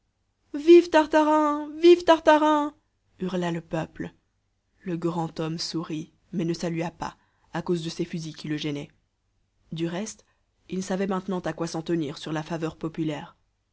vive tartarin vive tartarin hurla le peuple le grand homme sourit mais ne salua pas à cause de ses fusils qui le gênaient du reste il savait maintenant à quoi s'en tenir sur la faveur populaire